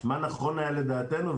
מה נכון היה לדעתנו,